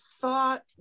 thought